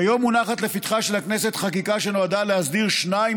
כיום מונחת לפתחה של הכנסת חקיקה שנועדה להסדיר שניים